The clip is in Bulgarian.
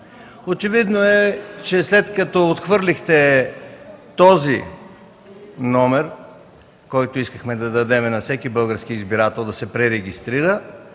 Очевидно е, че след като отхвърлихте този идентификационен номер, който искахме да се даде за всеки български избирател да се пререгистрира,